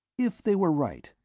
if they were right,